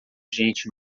gente